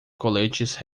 coletes